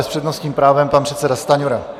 S přednostním právem pan předseda Stanjura.